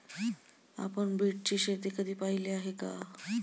आपण बीटची शेती कधी पाहिली आहे का?